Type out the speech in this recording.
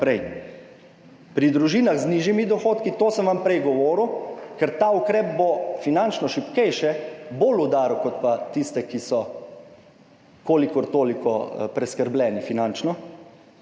Pri družinah z nižjimi dohodki, to sem vam prej govoril, ker ta ukrep bo finančno šibkejše bolj udaril kot pa tiste, ki so kolikor toliko finančno